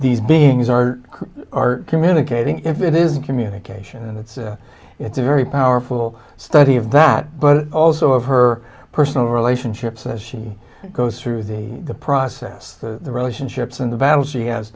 these beings are who are communicating if it is communication and it's a it's a very powerful study of that but also of her personal relationships as she goes through the process the relationships and the